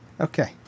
Okay